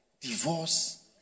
divorce